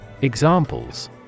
Examples